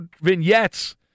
vignettes